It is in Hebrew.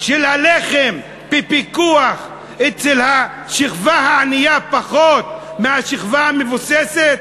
של הלחם בפיקוח אצל השכבה הענייה היא פחות מאצל השכבה המבוססת?